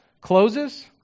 closes